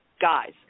guys